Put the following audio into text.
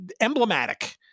emblematic